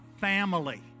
family